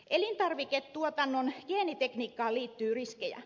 elintarviketuotannon geenitekniikkaan liittyy riskejä